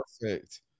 perfect